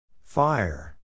Fire